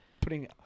putting